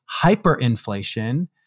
hyperinflation